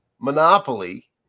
monopoly